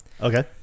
Okay